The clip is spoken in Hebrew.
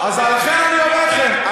אז לכן אני אומר לכם,